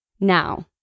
Now